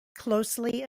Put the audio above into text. closely